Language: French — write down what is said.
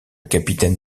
capitaine